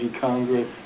Congress